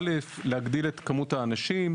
א' להגדיל את כמות האנשים,